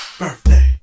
birthday